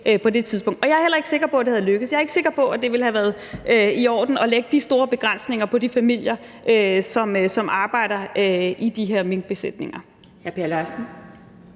på det tidspunkt. Jeg er heller ikke sikker på, at det ville være lykkedes; jeg er ikke sikker på, at det ville have været i orden at lægge de store begrænsninger på de familier, som arbejder i de her minkbesætninger.